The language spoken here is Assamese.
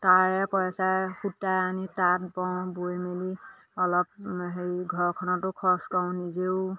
তাৰে পইচা সূতা আনি তাঁত বওঁ বৈ মেলি অলপ হেৰি ঘৰখনতো খৰচ কৰোঁ নিজেও